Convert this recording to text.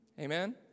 Amen